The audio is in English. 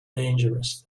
dangerous